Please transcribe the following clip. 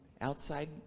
outside